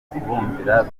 kubumvira